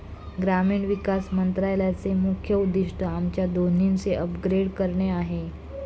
ग्रामीण विकास मंत्रालयाचे मुख्य उद्दिष्ट आमच्या दोन्हीचे अपग्रेड करणे आहे